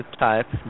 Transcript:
type